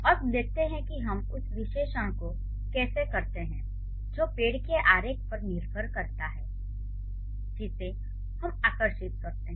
अब देखते हैं कि हम उस विश्लेषण को कैसे करते हैं जो पेड़ के आरेख पर निर्भर करता है जिसे हम आकर्षित करते हैं